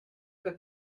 que